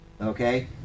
okay